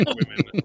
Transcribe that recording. women